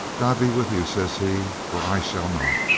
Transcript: god be with you, says he, for i shall not.